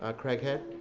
ah craighead.